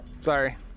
Sorry